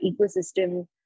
ecosystem